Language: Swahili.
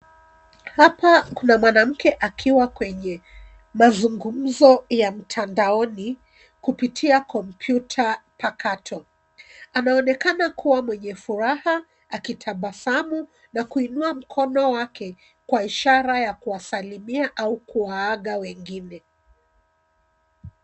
Hapa kuna mwanamke akiwa kwenye mazungumzo ya mtandaoni kupitia kompyuta mpakato. Anaonekana kuwa mwenye furaha, akitabasamu, na kuinua mkono wake kwa ishara ya kuwasalimia au kuwaaga wengine.